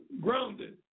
grounded